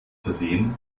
versehen